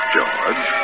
George